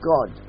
God